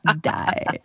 die